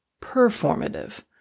performative